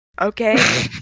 Okay